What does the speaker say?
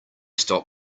stop